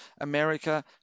america